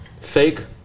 Fake